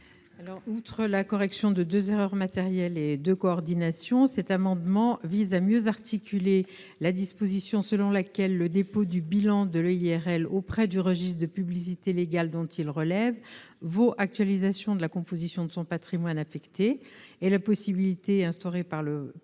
774. Outre la correction de deux erreurs matérielles et deux coordinations, l'amendement n° 930 vise à mieux articuler la disposition selon laquelle le dépôt du bilan de l'EIRL auprès du registre de publicité légale dont il relève vaut actualisation de la composition de son patrimoine affecté et la possibilité, instaurée par le projet